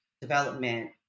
development